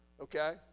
okay